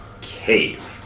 cave